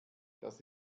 das